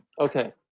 Okay